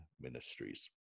Ministries